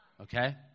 okay